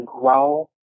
grow